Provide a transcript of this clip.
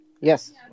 Yes